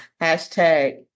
hashtag